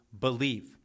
believe